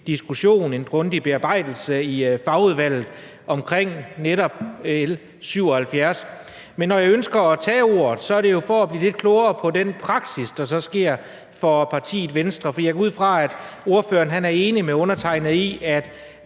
en grundig bearbejdelse i fagudvalget omkring netop L 77, men når jeg ønsker at tage ordet, er det jo for at blive lidt klogere på den praksis, der så sker for partiet Venstre. For jeg går ud fra, at ordføreren er enig med undertegnede i, at